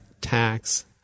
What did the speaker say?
tax